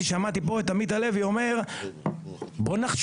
שמעתי פה את עמית הלוי אומר בואו נחשוב,